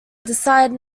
decide